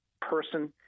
person